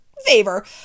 favor